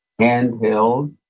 handheld